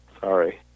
sorry